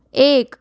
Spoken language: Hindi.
एक